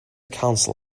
council